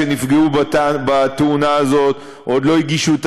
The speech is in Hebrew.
שנפגעו בתאונה הזאת עוד לא הגישו את